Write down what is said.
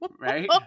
Right